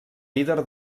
líder